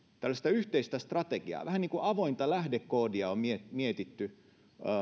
yhteistä strategiaa vähän niin kuin avointa lähdekoodia on mietitty